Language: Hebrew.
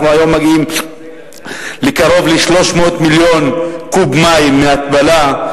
אנחנו מגיעים היום לקרוב ל-300 מיליון קוב מים מהתפלה,